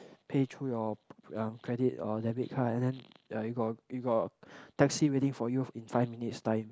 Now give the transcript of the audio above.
pay through your um credit or debit card and then uh you got you got a taxi waiting for you in five minutes time